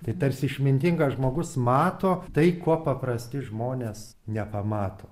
tai tarsi išmintingas žmogus mato tai ko paprasti žmonės nepamato